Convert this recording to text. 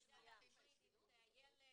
והילד,